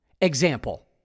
Example